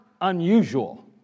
unusual